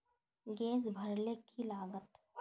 Gas भरले की लागत?